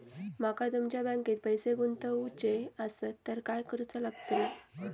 माका तुमच्या बँकेत पैसे गुंतवूचे आसत तर काय कारुचा लगतला?